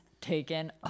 Taken